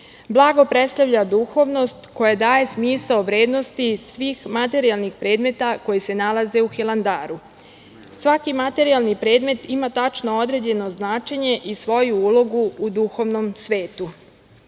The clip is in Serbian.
Blago predstavlja duhovnost koje daje smisao vrednosti iz svih materijalnih predmeta koja se nalaze u Hilandaru. Svaki materijalni predmet ima tačno određeno značenje i svoju ulogu u duhovnom svetu. Cilj